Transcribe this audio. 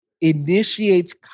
initiates